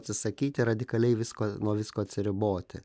atsisakyti radikaliai visko nuo visko atsiriboti